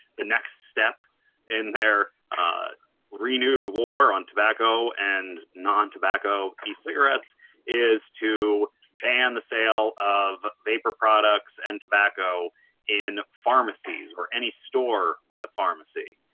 the next step in their renewed war on tobacco and non-tobacco e-cigarettes is to ban the sale of vaper products and tobacco in pharmacies or any store with a pharmacy.